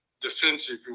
defensive